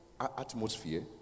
atmosphere